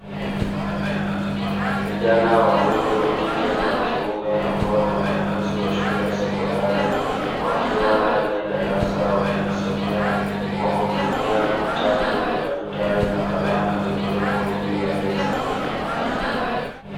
Vijana wawili wa kike na wa kiume ambao ni wanafunzi wa shule ya sekondari, wakiwa ndani ya darasa wakijisomea kwa kutumia vitabu madaftari na kalamu vilivyopo juu ya meza.